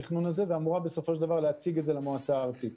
התכנון הזה ואמורה בסופו של דבר להציג את זה למועצה הארצית.